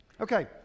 Okay